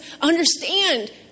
understand